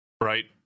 right